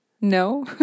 No